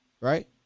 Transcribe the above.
right